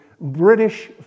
british